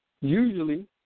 usually